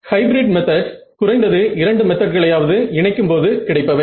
hybrid methods குறைந்தது இரண்டு மெத்தட்களையாவது இணைக்கும் போது கிடைப்பவை